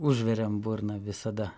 užveriam burną visada